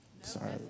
sorry